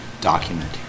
document